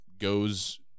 goes